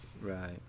Right